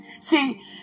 See